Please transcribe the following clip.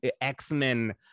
x-men